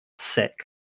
sick